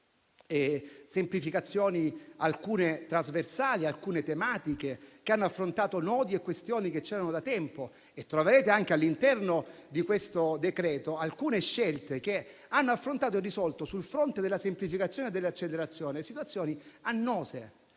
delle semplificazioni, alcune trasversali, ed alcune tematiche che hanno affrontato nodi e questioni che esistevano da tempo. Troverete all'interno del provvedimento anche alcune scelte che hanno affrontato e risolto, sul fronte della semplificazione e dell'accelerazione, situazioni annose